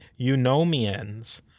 Eunomians